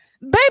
Baby